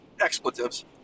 expletives